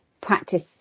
practice